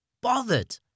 bothered